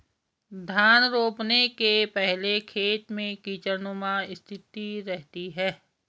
धान रोपने के पहले खेत में कीचड़नुमा स्थिति रहती है